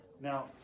Now